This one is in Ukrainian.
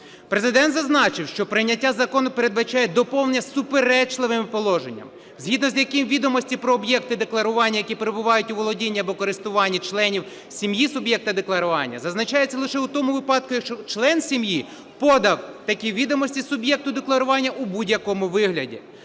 Президент зазначив, що прийняття закону передбачає доповнення суперечливими положеннями, згідно з якими відомості про об'єкти декларування, які перебувають у володінні або користуванні членів сім'ї суб'єкта декларування, зазначається лише у тому випадку, якщо член сім'ї подав такі відомості суб'єкту декларування у будь-якому вигляді.